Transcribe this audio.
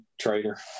trader